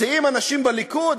מציעים אנשים בליכוד,